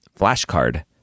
flashcard